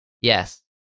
Yes